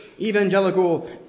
evangelical